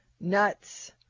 nuts